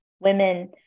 women